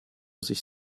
sich